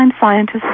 scientists